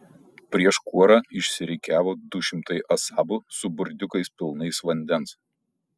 prieš kuorą išsirikiavo du šimtai asabų su burdiukais pilnais vandens